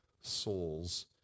soul's